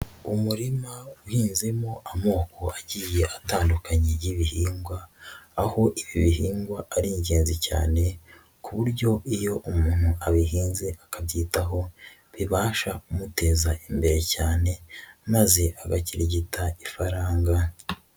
Umurima uhinzemo amoko agiye atandukanye y'ibihingwa aho ibi bihingwa ari ingenzi cyane ku buryo iyo umuntu abihinze mbwe akabyitaho bibasha kumuteza imbere cyane maze agakirigita ifaranga.